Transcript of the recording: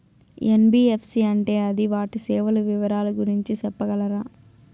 NBFC అంటే అది వాటి సేవలు వివరాలు గురించి సెప్పగలరా?